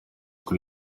kuri